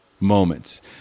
moments